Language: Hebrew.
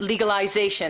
לידיעתך,